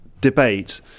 debate